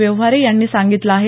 व्यवहारे यांनी सांगितलं आहे